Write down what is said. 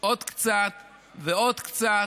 עוד קצת ועוד קצת,